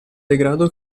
degrado